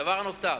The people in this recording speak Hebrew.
דבר נוסף,